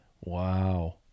Wow